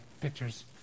pictures